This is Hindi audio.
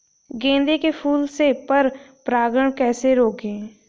गेंदे के फूल से पर परागण कैसे रोकें?